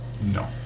no